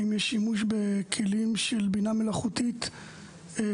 האם יש שימוש בכלים של בינה מלאכותית לאתר